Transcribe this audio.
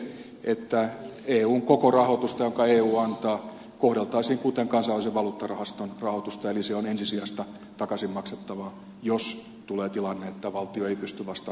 yksinkertaisin asia olisi tietysti se että eun koko rahoitusta jonka eu antaa kohdeltaisiin kuten kansainvälisen valuuttarahaston rahoitusta eli se on ensisijaista takaisin maksettavaa jos tulee tilanne että valtio ei pysty vastaamaan sitoumuksistaan